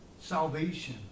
salvation